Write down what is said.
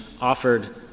offered